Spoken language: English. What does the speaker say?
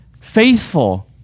faithful